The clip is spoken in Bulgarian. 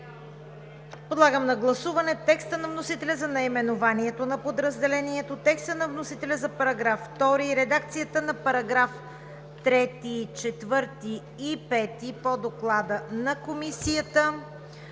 Подлагам на гласуване текста на вносителя за наименованието на подразделението; текста на вносителя за § 2; редакцията на § 3, 4 и 5 по Доклада на Комисията;